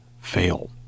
fail